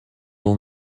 will